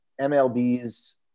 MLB's